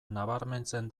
nabarmentzen